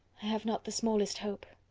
i have not the smallest hope.